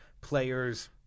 players